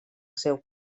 seu